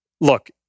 look